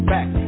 Back